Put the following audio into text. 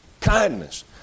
kindness